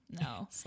no